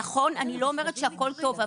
נכון, אני לא אומרת שהכול טוב.